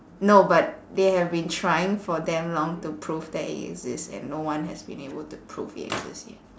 no but they have been trying for damn long to prove that it exists and no one has been able to prove it exists yet